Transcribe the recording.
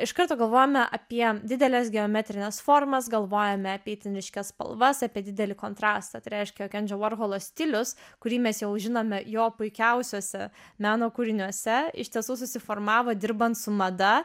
iš karto galvojame apie dideles geometrines formas galvojame apie itin ryškias spalvas apie didelį kontrastą tai reiškia jog endžio vorholo stilius kurį mes jau žinome jo puikiausiuose meno kūriniuose iš tiesų susiformavo dirbant su mada